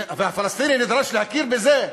והפלסטיני נדרש להכיר בזה?